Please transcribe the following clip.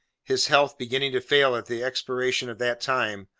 his health beginning to fail at the expiration of that time,